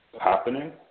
happening